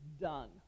done